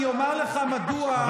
אני אומר לך מדוע,